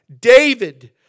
David